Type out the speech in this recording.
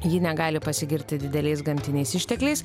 ji negali pasigirti dideliais gamtiniais ištekliais